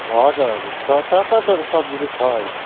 हजुर हजुर छ चार पाँचवटा सब्जी चाहिँ छ अहिले